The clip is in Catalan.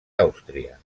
àustria